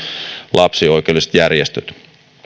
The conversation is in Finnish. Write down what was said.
lapsioikeudelliset järjestöt